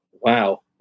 Wow